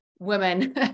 women